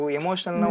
emotional